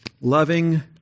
loving